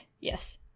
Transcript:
Yes